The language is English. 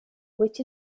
which